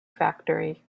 factory